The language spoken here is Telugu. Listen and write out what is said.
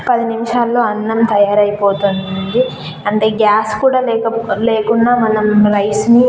పది నిమిషాల్లో అన్నం తయారైపోతుంది అంటే గ్యాస్ కూడా లేక లేకున్నా మనం రైస్ని